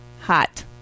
Hot